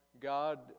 God